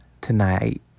tonight